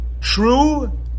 true